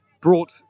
brought